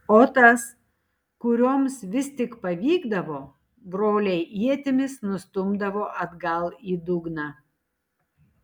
o tas kurioms vis tik pavykdavo broliai ietimis nustumdavo atgal į dugną